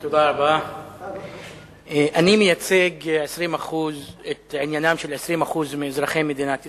אני מייצג את עניינם של 20% מאזרחי מדינת ישראל,